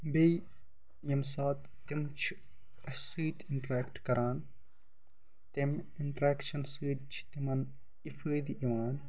بیٚیہِ ییٚمہِ ساتہٕ تِم چھِ اَسہِ سۭتۍ اِنٛٹرٛیکٹ کران تَمۍ اِنٛٹَرٛیکشَن سۭتۍ چھِ تِمَن یہِ فٲیِدٕ یِوان